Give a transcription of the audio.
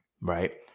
Right